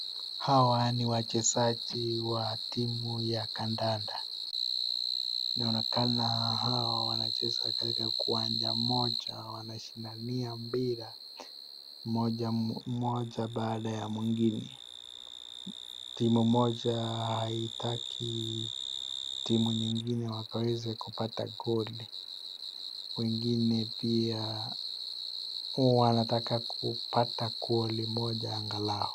Hawa ni wachezaji wa timu ya kandanda inaonekana hawa wanacheza kwa kiwanja moja wanashindana mpira moja baada ya mwingine, timu moja haitaki timu ingine wakaweze kupata goli wangine pia wanataka kupata goli moja angalau.